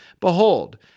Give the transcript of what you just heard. Behold